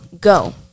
go